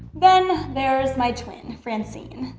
then there's my twin, francine.